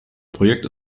projekt